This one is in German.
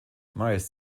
meist